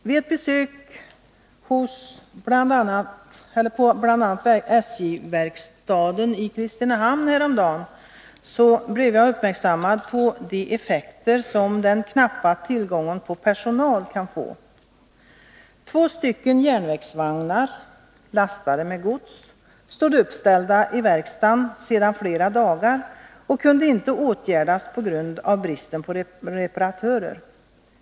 Vid ett besök på bl.a. SJ-verkstaden i Kristinehamn häromdagen gjordes jag uppmärksam på de effekter som den knappa tillgången på personal kan få. Två stycken järnvägsvagnar lastade med gods stod uppställda i verkstaden sedan flera dagar tillbaka och kunde inte åtgärdas på grund av bristen på reparatörer.